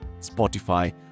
Spotify